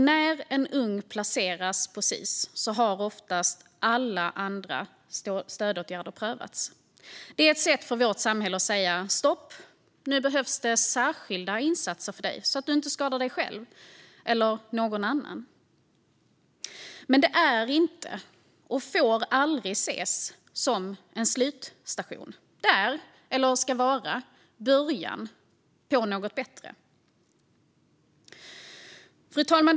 När en ung person placeras på Sis har oftast alla andra stödåtgärder prövats. Det är ett sätt för vårt samhälle att säga: Stopp! Nu behövs det särskilda insatser för dig så att du inte skadar dig själv eller någon annan. Men Sis är inte, och får aldrig ses som, en slutstation, utan Sis ska vara början på något bättre. Fru talman!